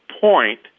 point